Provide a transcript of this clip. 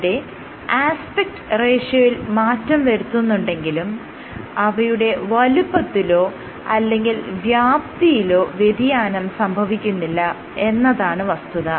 ഇവിടെ ആസ്പെക്ട് റേഷ്യോയിൽ മാറ്റം വരുത്തുന്നുണ്ടെങ്കിലും അവയുടെ വലുപ്പത്തിലോ അല്ലെങ്കിൽ വ്യാപ്തിയിലോ വ്യതിയാനം സംഭവിക്കുന്നില്ല എന്നതാണ് വസ്തുത